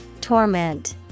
Torment